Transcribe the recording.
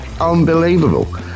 unbelievable